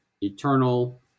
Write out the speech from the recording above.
eternal